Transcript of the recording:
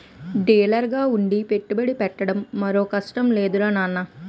డీలర్గా ఉండి పెట్టుబడి పెట్టడం మరో కష్టం లేదురా నాన్నా